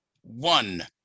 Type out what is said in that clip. one